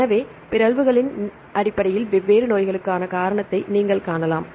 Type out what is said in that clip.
எனவே பிறழ்வுகளின் அடிப்படையில் வெவ்வேறு நோய்களுக்கான காரணத்தை நீங்கள் காணலாம்